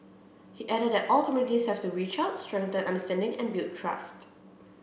he added that all communities have to reach out strengthen understanding and build trust